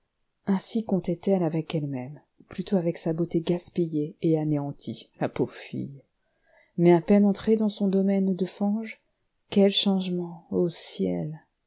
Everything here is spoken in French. ainsi comptait elle avec elle-même ou plutôt avec sa beauté gaspillée et anéantie la pauvre fille mais à peine entrée dans son domaine de fange quel changement ô ciel